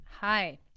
Hi